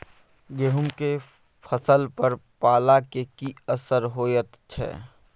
गेहूं के फसल पर पाला के की असर होयत छै?